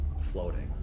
floating